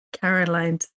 Caroline